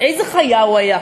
איזו חיה הוא היה?